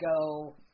go